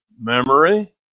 memory